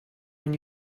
when